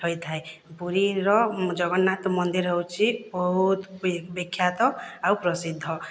ହୋଇଥାଏ ପୁରୀର ଜଗନ୍ନାଥ୍ ମନ୍ଦିର୍ ହେଉଛି ବହୁତ୍ ବିଖ୍ୟାତ ଆଉ ପ୍ରସିଦ୍ଧ